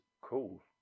cool